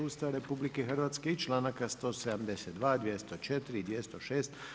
Ustava RH i članaka 172., 204. i 206.